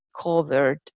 covered